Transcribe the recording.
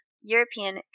european